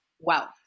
wealth